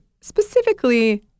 specifically